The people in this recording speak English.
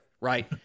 right